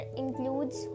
includes